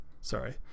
sorry